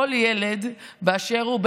כל ילד באשר הוא,